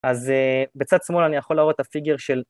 אז בצד שמאל אני יכול להראות את הפיגר של